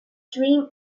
dream